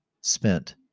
spent